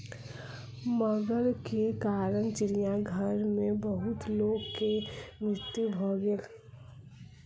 मगर के कारण चिड़ियाघर में बहुत लोकक मृत्यु भ गेल